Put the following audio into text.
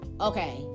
okay